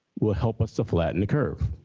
will help us to flatten a curve.